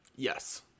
Yes